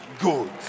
good